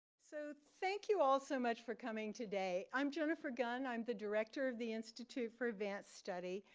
so, thank you all so much for coming today. i'm jennifer gunn. i'm the director of the institute for advanced study,